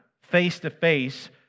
face-to-face